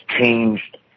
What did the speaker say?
changed